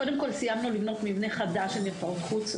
קודם כל סיימנו לבנות מבנה חדש של מרפאות חוץ.